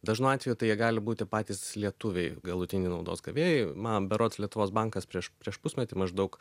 dažnu atveju tai jie gali būti patys lietuviai galutiniai naudos gavėjai man berods lietuvos bankas prieš prieš pusmetį maždaug